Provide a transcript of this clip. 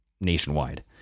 nationwide